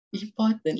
important